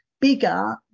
bigger